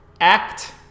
act